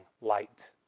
light